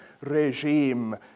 regime